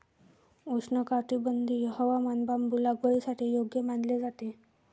उष्णकटिबंधीय हवामान बांबू लागवडीसाठी योग्य मानले जाते